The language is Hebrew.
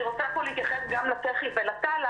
אני רוצה פה להתייחס גם לתח"י ולתל"א,